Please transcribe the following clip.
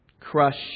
crush